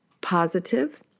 positive